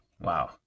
Wow